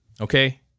Okay